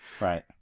Right